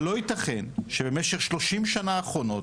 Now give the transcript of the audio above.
אבל לא יתכן שבמשך 30 השנים האחרונות